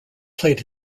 played